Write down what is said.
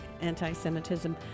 anti-Semitism